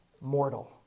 mortal